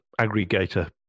aggregator